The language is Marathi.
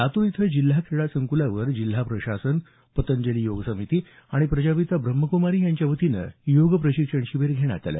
लातूर इथं जिल्हा क्रीडा संकुलावर जिल्हा प्रशासन पतंजली योग आणि प्रजापिता ब्रह्माकुमारी यांच्या वतीनं योग प्रशिक्षण शिबीर घेण्यात आलं